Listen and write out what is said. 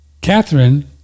Catherine